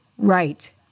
Right